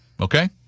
Okay